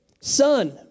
son